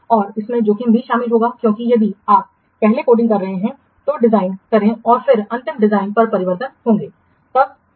और इसमें जोखिम भी शामिल होगा क्योंकि यदि आप पहले कोडिंग कर रहे हैं तो डिज़ाइन करें और फिर अंतिम डिज़ाइन पर परिवर्तन होंगे तब फिर क्या होगा